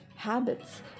Habits